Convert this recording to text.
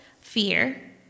Fear